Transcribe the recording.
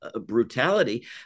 brutality